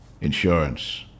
insurance